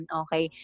okay